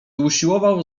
usiłował